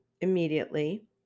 immediately